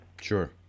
Sure